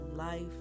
Life